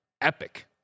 Epic